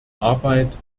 arbeit